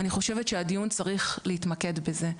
אני חושבת שהדיון צריך להתמקד בזה.